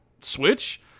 Switch